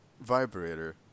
vibrator